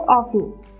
office